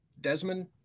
Desmond